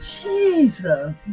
Jesus